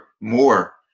more